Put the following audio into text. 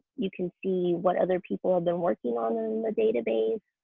you can see what other people have been working on in the database.